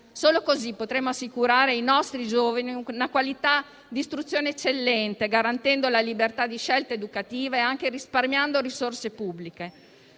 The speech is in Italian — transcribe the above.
Solo così potremo assicurare ai nostri giovani una qualità d'istruzione eccellente, garantendo la libertà di scelta educativa e anche risparmiando risorse pubbliche.